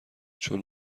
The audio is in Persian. چون